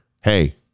hey